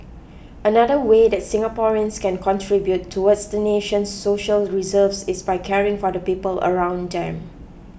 another way that Singaporeans can contribute towards the nation's social reserves is by caring for the people around them